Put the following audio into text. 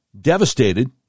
devastated